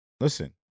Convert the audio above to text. listen